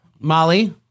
Molly